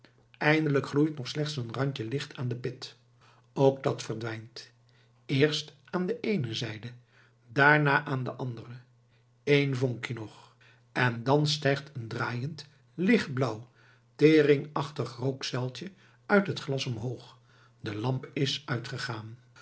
eindelijk gloeit nog slechts een randje licht aan de pit ook dat verdwijnt eerst aan de eene zijde daarna aan de andere één vonkje nog en dan stijgt een draaiend lichtblauw teringachtig rookzuiltje uit het glas omhoog de lamp is uitgegaan